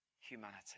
humanity